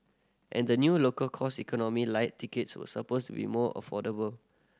and the new local cost Economy Lite tickets were supposed with more affordable